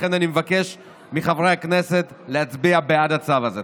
לכן אני מבקש מחברי הכנסת להצביע בעד הצו הזה.